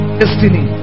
destiny